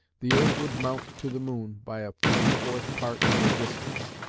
the earth would mount to the moon by a fifty-fourth part of their distance,